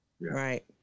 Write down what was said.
Right